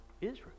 Israel